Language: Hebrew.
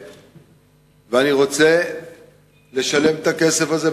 ואני רוצה לשלם את הכסף הזה,